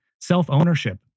self-ownership